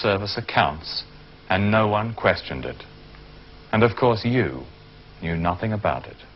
service accounts and no one questioned it and of course you knew nothing about it